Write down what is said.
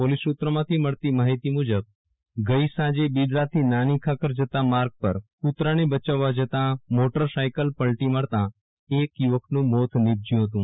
police સુત્રોમાંથી મળતી માહિતી મુજબ ગઈ સાંજે બિદડા થી નાની ખાખર જતા માર્ગ પર કુતરાને બયાવવા જતા મોટર સાઈકલ પલટી મારતા એક યુવકનું મોત નીપજ્યું હતું